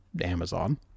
Amazon